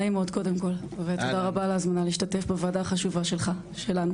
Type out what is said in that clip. נעים מאוד ותודה רבה על ההזדמנות להשתתף בוועדה החשובה שלנו.